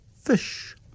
fish